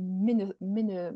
mini mini